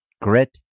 grit